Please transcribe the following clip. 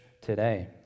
today